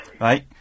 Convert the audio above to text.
Right